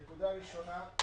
הראשונה,